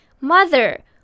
Mother